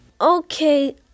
Okay